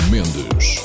Mendes